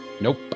Nope